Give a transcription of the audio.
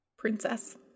Princess